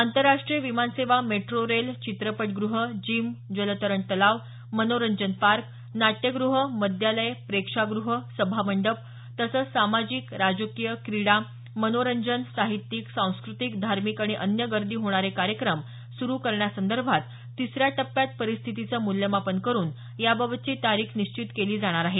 आंतरराष्ट्रीय विमान सेवा मेट्रो रेल चित्रपट गृह जिम्स जलतरण तलाव मनोरंजन पार्क नाट्यग्रह मद्यालय प्रेक्षाग्रह सभामंडप तसंच सामाजिक राजकीय क्रीडा मनोरंजन साहित्यिक सांस्क्रतिक धार्मिक आणि अन्य गर्दी होणारे कार्यक्रम सुरू करण्यासंदर्भात तिसऱ्या टप्प्यात परिस्थितीचं मूल्यमापन करून याबाबतची तारीख निश्चित केली जाणार आहे